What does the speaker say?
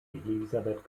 elisabeth